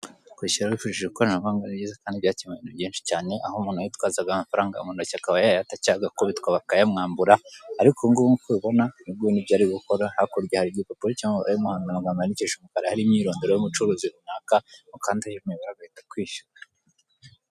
Kwishyura wifashishije ikoranabuhanga rigezweho byakemuye ibintu byinshi cyane, aho umuntu yitwazaga amafaranga mu ntoki akaba yayata cyangwa agakubitwa bakayamwambura, ariko ubungubu nk'uko ubibona uyunguyu nibyo ari gukora hakurya hari igipapuro kiri mu mabara y'umuhondo, amagambo yandikishije umukara hariho imyirondoro y'umucuruzi runaka ukandaho imibare agahita akwishyura.